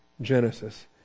Genesis